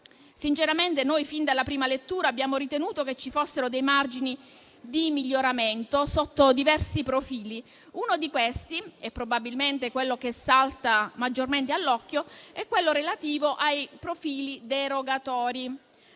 Sinceramente noi, fin dalla prima lettura, abbiamo ritenuto che ci fossero dei margini di miglioramento, sotto diversi profili. Uno di questi, probabilmente quello che salta maggiormente all'occhio, è quello relativo ai profili derogatori.